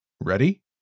Ready